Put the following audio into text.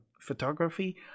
photography